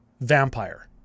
vampire